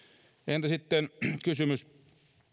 entä sitten kysymys